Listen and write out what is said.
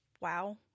Wow